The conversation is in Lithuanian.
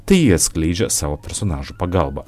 tai ji atskleidžia savo personažų pagalba